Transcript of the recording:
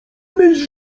myśl